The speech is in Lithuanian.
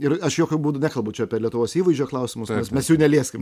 ir aš jokiu būdu nekalbu čia apie lietuvos įvaizdžio klausimus mes mes jų nelieskim